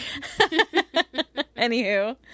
Anywho